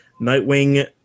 nightwing